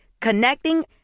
Connecting